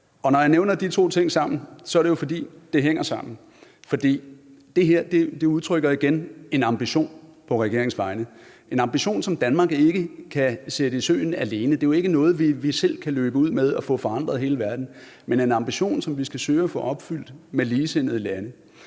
når jeg nævner de to ting sammen, er det jo, fordi det hænger sammen. For det her udtrykker igen en ambition på regeringens vegne, en ambition, som Danmark ikke kan sætte i søen alene. Det er jo ikke noget, vi selv kan løbe ud med og få forandret i hele verden, men det er en ambition, som vi skal søge at få opfyldt med ligesindede lande.